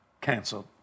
canceled